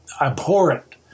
abhorrent